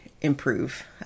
improve